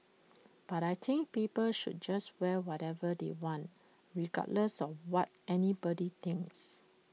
but I think people should just wear whatever they want regardless of what anybody thinks